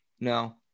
No